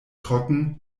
trocken